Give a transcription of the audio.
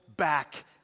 back